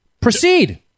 Proceed